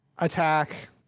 Attack